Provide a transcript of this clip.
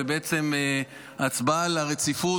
ובעצם ההצבעה על הרציפות,